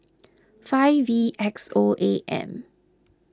five V X O A M